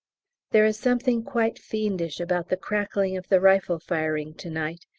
there is something quite fiendish about the crackling of the rifle firing to-night,